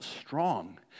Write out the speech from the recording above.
strong